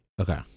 Okay